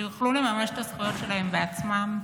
שיוכלו לממש את הזכויות שלהם בעצמם,